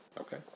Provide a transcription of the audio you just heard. Okay